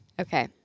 Okay